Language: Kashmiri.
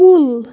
کُل